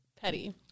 petty